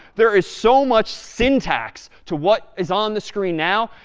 there is so much syntax to what is on the screen now.